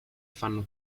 fanno